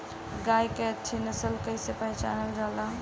गाय के अच्छी नस्ल कइसे पहचानल जाला?